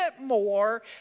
more